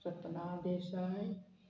Sapna Desai